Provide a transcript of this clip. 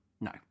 No